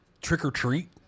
trick-or-treat